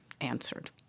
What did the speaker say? answered